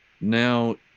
now